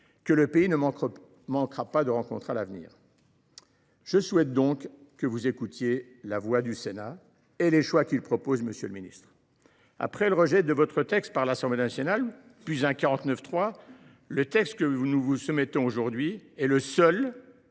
que notre pays ne manquera pas de rencontrer à l’avenir. Je souhaite donc, monsieur le ministre, que vous écoutiez la voix du Sénat et les choix qu’il propose de faire. Après le rejet de votre texte par l’Assemblée nationale, puis un 49.3, le texte que nous vous soumettons aujourd’hui est le seul